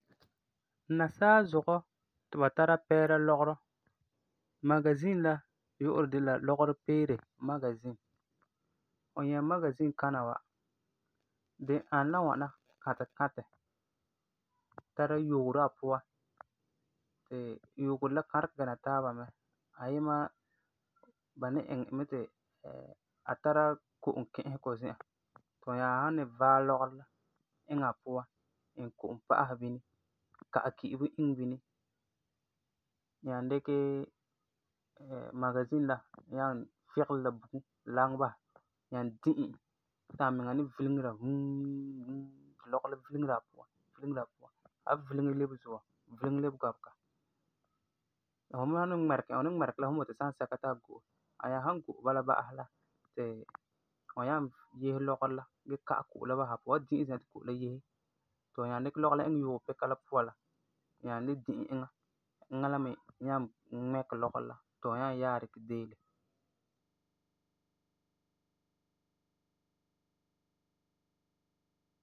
Nasaa zuŋɔ ti ba tara pɛɛra lɔgerɔ. Magazin la yu'urɛ de la lɔgerɔ peere magazin. Fu nyɛ magazin kana wa, di ani la ŋwana kãtɛ kãtɛ, tara yogero a puan, ti, yogero la kãregɛ gana taaba mɛ, ayima ba ni iŋɛ e mɛ ti a tara ko'om ki'isegɔ zi'an ti fu nyaa ni vaɛ lɔgerɔ la iŋɛ a puan, iŋɛ ko'om pa'asɛ bini, ka'ɛ ki'ibo iŋɛ bini, nyaa dikɛ magazin la nyaa figelɛ la bugum, laŋɛ basɛ nyaa di'e e ti amiŋa ni vileŋera vuum vuum, ti lɔgerɔ la vileŋera a puan, vileŋera a puan. A wan vileŋe lebe zuɔ, vileŋe lebe gɔbega. Fu san ni ŋmɛregɛ e fu ni ŋmɛregɛ e basɛ san sɛka ti a go'e, ti a nyaa san go'e bala ba'asɛ la ti fu nyaa yese lɔgerɔ la gee ka'ɛ ko'om la basɛ a puan, fu wan di'e zian ti ko'om la yese ti fu nyaa dikɛ lɔgerɔ iŋɛ yogepika la puan la nyaa le di'e eŋa ti eŋa me ŋmɛkɛ lɔgerɔ la ti fu nyaa yaɛ deele.